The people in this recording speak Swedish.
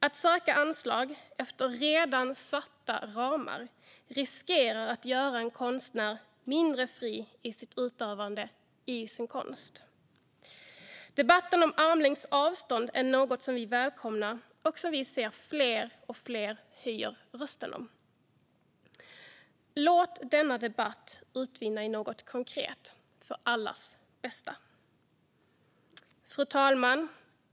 Att söka anslag inom redan satta ramar riskerar att göra en konstnär mindre fri i sitt utövande och sin konst. Debatten om armlängds avstånd är något som vi välkomnar och som vi ser att fler och fler höjer rösten om. Låt denna debatt utmynna i något konkret, för allas bästa! Fru talman!